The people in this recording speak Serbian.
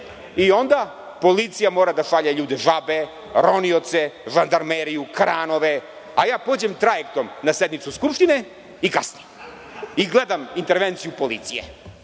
i onda policija mora da šalje ljude žabe, ronioce, žandarmeriju, kranove, a ja pođem trajektom na sednicu Skupštine, kasnim i gledam intervenciju policije